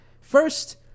First